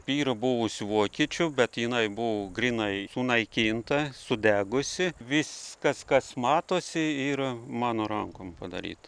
yra buvusių vokiečių bet jinai buvo grynai sunaikinta sudegusi viskas kas matosi yra mano rankom padaryta